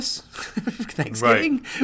Thanksgiving